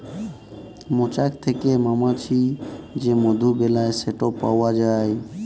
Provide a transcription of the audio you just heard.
মচাক থ্যাকে মমাছি যে মধু বেলায় সেট পাউয়া যায়